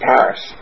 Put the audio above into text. Paris